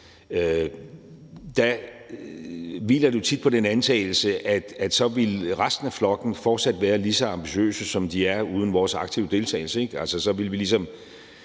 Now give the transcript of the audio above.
Der hviler det jo tit på den antagelse, at så vil resten af flokken fortsat være lige så ambitiøse, som de er uden vores aktive deltagelse. Ved at tage